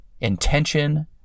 intention